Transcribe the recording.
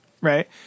Right